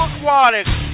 Aquatics